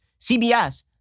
CBS